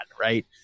right